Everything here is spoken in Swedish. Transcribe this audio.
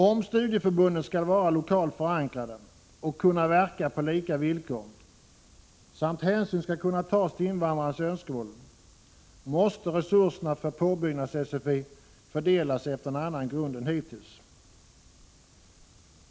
Om studieförbunden skall vara lokalt förankrade och kunna verka på lika villkor samt hänsyn skall kunna tas till invandrarnas önskemål, måste resurserna för påbyggnads-sfi fördelas efter en annan grund än hittills.